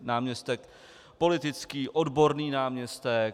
Náměstek politický, odborný náměstek.